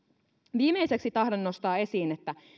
viimeiseksi tahdon nostaa esiin että